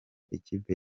ikipe